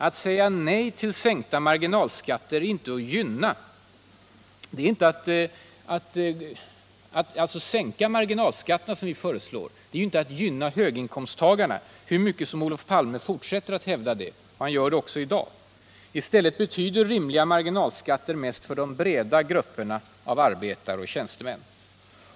Att sänka marginalskatterna, som vi föreslår, är inte att gynna ”höginkomsttagarna”, hur mycket Olof Palme än fortsätter att hävda det — han gör det också i dag. I stället betyder rimliga marginalskatter mest för de breda grupperna av arbetare och tjänstemän.